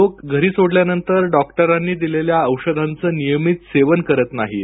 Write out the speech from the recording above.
लोक घरी सोडल्यानंतर डॉक्टरांनी दिलेल्या औषधांचं नियमित सेवन करत नाहीत